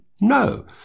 No